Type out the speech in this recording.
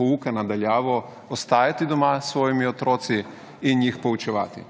pouka na daljavo ostajati doma s svojimi otroki in jih poučevati.